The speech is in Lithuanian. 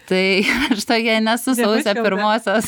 tai aš tokia nesu sausio pirmosios